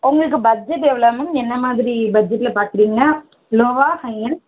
உங்களுக்கு பட்ஜெட் எவ்வளோ மேம் என்ன மாதிரி பட்ஜெட்டில் பார்க்குறிங்க லோவா ஹையா